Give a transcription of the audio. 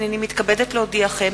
הנני מתכבדת להודיעכם,